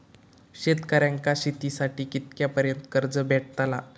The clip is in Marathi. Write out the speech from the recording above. शेतकऱ्यांका शेतीसाठी कितक्या पर्यंत कर्ज भेटताला?